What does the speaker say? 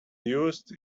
used